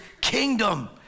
kingdom